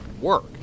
work